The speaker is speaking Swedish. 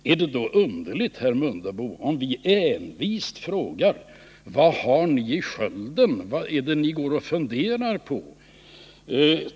Är det då underligt, herr Mundebo, att vi envisas med att fråga vad ni har i skölden? Vad är det ni går och funderar på?